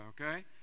okay